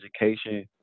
education